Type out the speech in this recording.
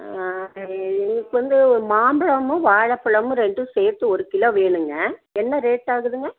ஆ எங்களுக்கு வந்து மாம்பழமும் வாழைப்பழமும் ரெண்டும் சேர்த்து ஒரு கிலோ வேணும்ங்க என்ன ரேட்டாகுதுங்க